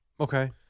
Okay